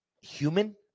human